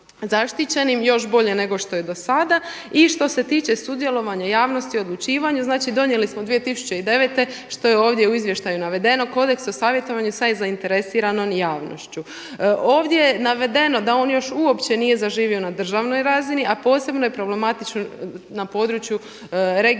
još bolje nego što je do sada. I što se tiče sudjelovanja javnosti u odlučivanju, znači donijeli smo 2009. što je ovdje u Izvještaju navedeno Kodeks o savjetovanje za zainteresiranom javnošću. Ovdje je navedeno da on još uopće nije zaživio na državnoj razini, a posebno je problematično na području regionalne